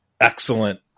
excellent